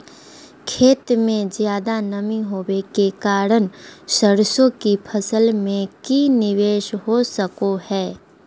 खेत में ज्यादा नमी होबे के कारण सरसों की फसल में की निवेस हो सको हय?